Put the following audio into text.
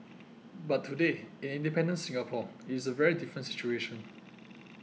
but today in independent Singapore it is a very different situation